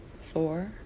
four